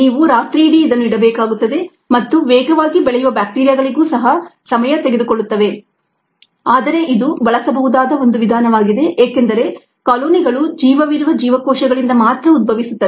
ನೀವು ರಾತ್ರಿಯಿಡೀ ಇದನ್ನು ಇಡಬೇಕಾಗುತ್ತದೆ ಮತ್ತು ವೇಗವಾಗಿ ಬೆಳೆಯುವ ಬ್ಯಾಕ್ಟೀರಿಯಾಗಳಿಗೂ ಸಹ ಸಮಯ ತೆಗೆದುಕೊಳ್ಳುತ್ತವೆ ಆದರೆ ಇದು ಬಳಸಬಹುದಾದ ಒಂದು ವಿಧಾನವಾಗಿದೆ ಏಕೆಂದರೆ ಕಾಲೊನಿಗಳು ಜೀವವಿರುವ ಜೀವಕೋಶಗಳಿಂದ ಮಾತ್ರ ಉದ್ಭವಿಸುತ್ತವೆ